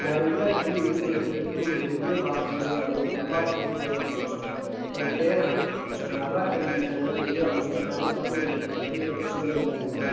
நிறையா கல் எடுத்து எடுத்து எடுத்து ஒரு பெரிய பாக்ஸு அவ்வளோ பெரிய டப்பாவில் போட்டு சேர்த்து வைப்போம் அப்புறம் பேனா நடராஜன் பேனான்னு சொல்லி அப்போது ரொம்ப ஃபேமஸ்ஸான ஒரு நாங்கள் படிக்கிறப்போ சின்ன கொழந்தையா இருக்கிறப்ப